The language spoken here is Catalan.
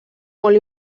molt